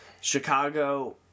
Chicago